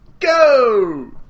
Go